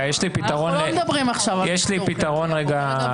אנחנו לא מדברים עכשיו על מחזור חלקי --- יש לי פתרון פרקטי.